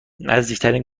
نزدیکترین